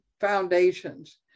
foundations